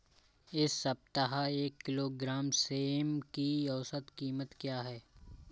इस सप्ताह एक किलोग्राम सेम की औसत कीमत क्या है?